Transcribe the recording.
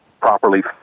properly